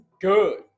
Good